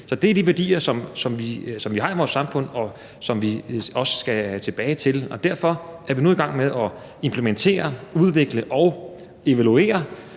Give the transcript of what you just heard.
det er de værdier, som vi har i vores samfund, og som vi også skal tilbage til. Derfor er vi nu i gang med at implementere, udvikle og evaluere